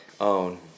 own